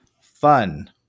fun